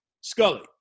Scully